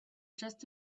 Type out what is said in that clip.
just